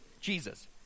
Jesus